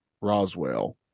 Roswell